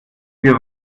wir